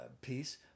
piece